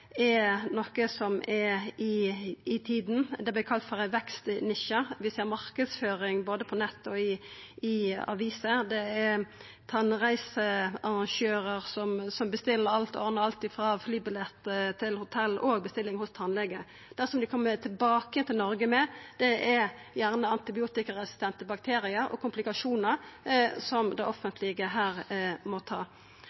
er noko som er i tida. Det vert kalla for ei vekstnisje, og vi ser marknadsføring både på nett og i aviser. Det er tannreisearrangørar som bestiller alt, ordnar alt frå flybillett til hotell og bestilling hos tannlege. Det som dei kjem tilbake til Noreg med, er gjerne antibiotikaresistente bakteriar og komplikasjonar som det